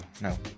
no